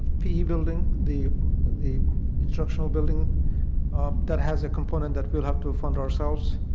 pe building, the the instructional building that has a component that we have to fund ourselves